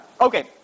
Okay